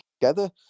together